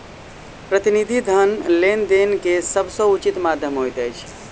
प्रतिनिधि धन लेन देन के सभ सॅ उचित माध्यम होइत अछि